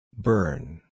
Burn